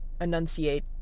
enunciate